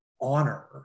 honor